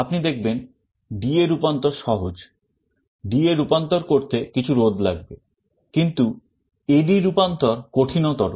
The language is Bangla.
আপনি দেখবেন DA রূপান্তর সহজ DA রূপান্তর করতে কিছু রোধ লাগবে কিন্তু AD রূপান্তর কঠিনতর